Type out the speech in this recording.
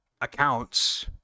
accounts